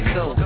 go